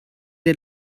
der